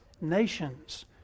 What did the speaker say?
nations